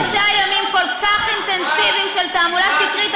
קשה לשמוע את האמת אחרי שלושה ימים כל כך אינטנסיביים של תעמולה שקרית,